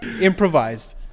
Improvised